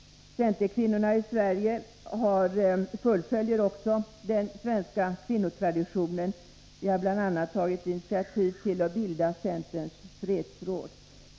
Centerkvinnorna i Sverige fullföljer också den svenska kvinnotraditionen. Vi har bl.a. tagit initiativ till att bilda Centerrörelsens fredsråd.